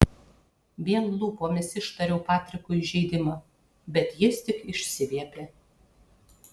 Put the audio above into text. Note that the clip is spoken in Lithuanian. vien lūpomis ištariau patrikui įžeidimą bet jis tik išsiviepė